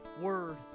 word